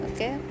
Okay